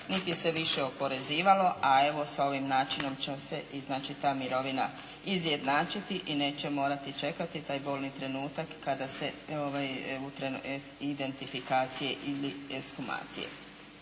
niti se više oporezivalo, a evo s ovim načinom će se ta mirovina izjednačiti i neće morati čekati taj bolni trenutak identifikacije ili ekshumacije.